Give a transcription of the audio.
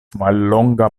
mallonga